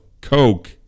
Coke